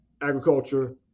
agriculture